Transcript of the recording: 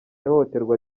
ihohoterwa